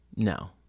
No